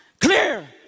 Clear